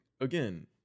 again